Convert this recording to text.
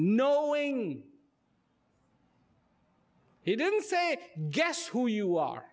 knowing he didn't say guess who you are